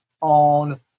on